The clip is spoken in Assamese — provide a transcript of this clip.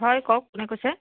হয় কওক কোনে কৈছে